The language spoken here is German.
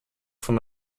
von